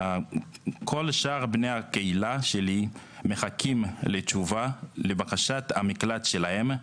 כל שאר בני הקהילה שלי מחכים לתשובה לבקשת המקלט שלהם,